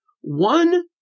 one